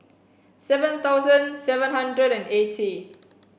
seven thousand seven hundred and eighty